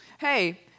hey